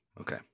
okay